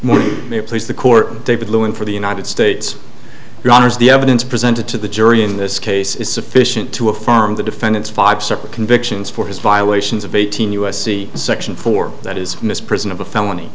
more may please the court david lewin for the united states yawners the evidence presented to the jury in this case is sufficient to affirm the defendant's five separate convictions for his violations of eighteen us c section four that is in this prison of a felony